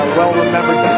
well-remembered